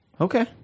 Okay